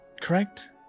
Correct